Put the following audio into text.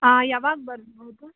ಯಾವಾಗ ಬರಬಹುದು